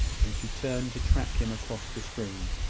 and she turned to track him across the stream.